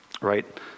right